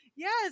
Yes